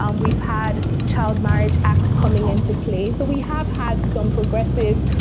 um we've had child marriage act coming into play. so we have had some progressive